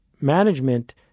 Management